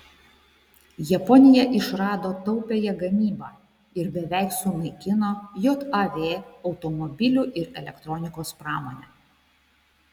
japonija išrado taupiąją gamybą ir beveik sunaikino jav automobilių ir elektronikos pramonę